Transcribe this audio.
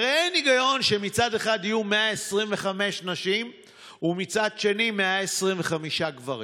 הרי אין היגיון שמצד אחד יהיו 125 נשים ומצד שני 125 גברים.